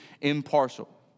impartial